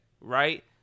right